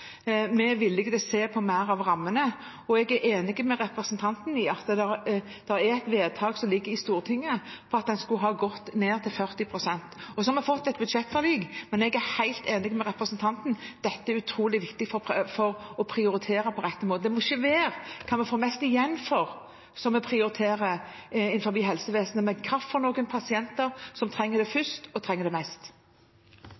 Vi er villige til å se på mer av rammene. Jeg er enig med representanten i at det er fattet et vedtak i Stortinget om at en skal gå ned til 40 pst. – så har vi fått et budsjettforlik. Men jeg er helt enig med representanten Kjerkol: Dette er utrolig viktig for å prioritere på rett måte. Det må ikke være det som man får mest igjen for, som blir prioritert i helsevesenet, men hvilke pasienter som trenger det